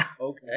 okay